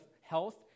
health